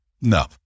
No